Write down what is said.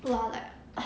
!wah! like